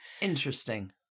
Interesting